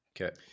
Okay